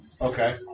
Okay